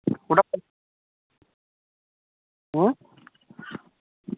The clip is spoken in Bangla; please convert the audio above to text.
ওটা